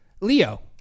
Leo